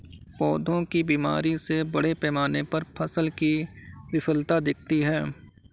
पौधों की बीमारी से बड़े पैमाने पर फसल की विफलता दिखती है